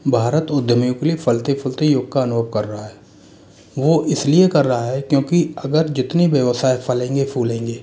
भारत उद्धमियों के लिए फलते फुलते युग का अनुभव कर रहा है वो इसलिए कर रहा है क्योंकि अगर जितनी व्यवसाय फलेंगे फूलेंगे